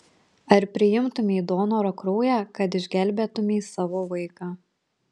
ar priimtumei donoro kraują kad išgelbėtumei savo vaiką